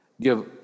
Give